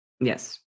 Yes